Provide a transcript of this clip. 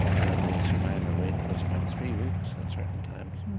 where the survivor rate was about three weeks at certain times.